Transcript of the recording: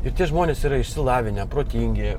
ir tie žmonės yra išsilavinę protingi